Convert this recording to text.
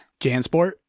Jansport